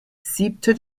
siebter